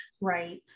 Right